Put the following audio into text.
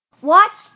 Watch